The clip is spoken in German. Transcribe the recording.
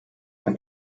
bei